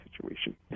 situation